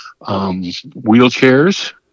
wheelchairs